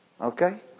Okay